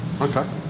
Okay